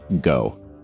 go